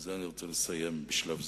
ובזה אני רוצה לסיים בשלב זה,